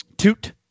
Toot